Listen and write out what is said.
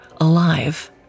alive